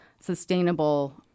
sustainable